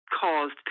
caused